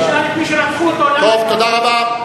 תשאל את מי שרצחו אותו למה, תודה רבה.